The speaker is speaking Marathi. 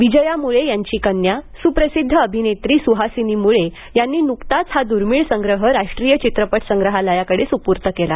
विजया मुळे यांच्या कन्या सुप्रसिद्ध अभिनेत्री सुहासिनी मुळे यांनी नुकताच हा दुर्मीळ संग्रह राष्ट्रीय चित्रपट संग्रहालयाकडे सुपूर्त केला